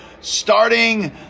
starting